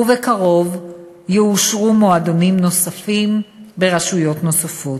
ובקרוב יאושרו מועדונים נוספים ברשויות נוספות.